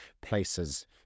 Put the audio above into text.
places